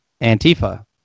antifa